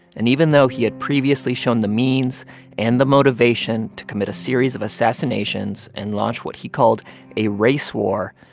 and even though he had previously shown the means and the motivation to commit a series of assassinations and launch what he called a race war,